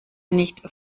nicht